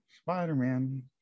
Spider-Man